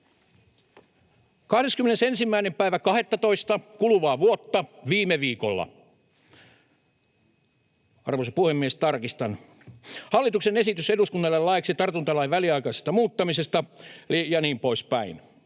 21.12. kuluvaa vuotta, viime viikolla — arvoisa puhemies, tarkistan — hallituksen esitys eduskunnalle laiksi tartuntalain väliaikaisesta muuttamisesta ja niin poispäin,